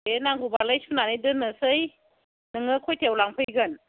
दे नांगौबालाय सुनानै दोननोसै नोङो खयथायाव लांफैगोन